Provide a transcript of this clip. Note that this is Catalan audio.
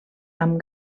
amb